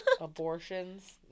Abortions